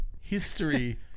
history